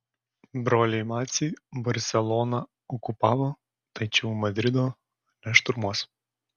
broliai maciai barseloną okupavo tačiau madrido nešturmuos